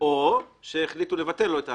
או שהחליטו לבטל לו את ההנחה.